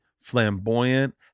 flamboyant